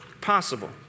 possible